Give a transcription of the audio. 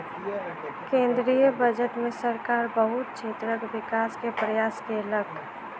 केंद्रीय बजट में सरकार बहुत क्षेत्रक विकास के प्रयास केलक